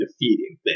defeating